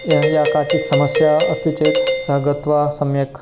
या या काचित् समस्या अस्ति चेत् सा गत्वा सम्यक्